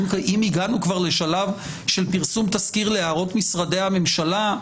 אם הגענו כבר לשלב של פרסום תזכיר להערות משרדי הממשלה.